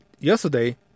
yesterday